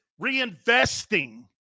reinvesting